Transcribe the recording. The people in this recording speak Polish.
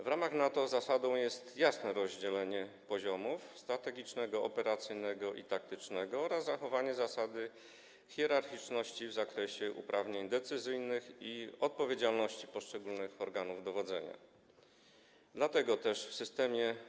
W ramach NATO zasadą jest jasne rozdzielenie poziomów: strategicznego, operacyjnego i taktycznego oraz zachowanie zasady hierarchiczności w zakresie uprawnień decyzyjnych i odpowiedzialności poszczególnych organów dowodzenia, dlatego też w systemie